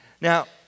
Now